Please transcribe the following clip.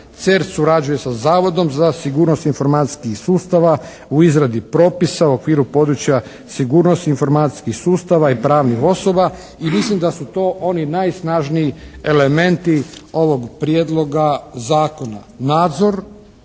CERT surađuje sa Zavodom za sigurnost informacijskih sustava u izradi propisa u okviru područja sigurnosti informacijskih sustava i pravnih osoba i mislim da su to oni najsnažniji elementi ovog Prijedloga zakona.